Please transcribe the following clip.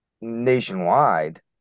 nationwide